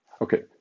okay